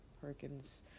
Perkins